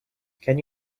can